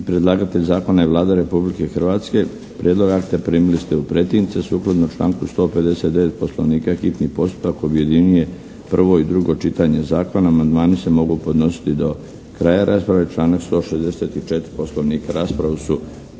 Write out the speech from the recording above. Predlagatelj zakona je Vlada Republike Hrvatske. Prijedlog akta primili ste u pretince. Sukladno članku 159. Poslovnika hitni postupak objedinjuje prvo i drugo čitanje zakona. Amandmani se mogu podnositi do kraja rasprave, članak 164. Poslovnika.